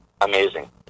Amazing